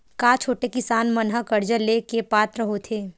का छोटे किसान मन हा कर्जा ले के पात्र होथे?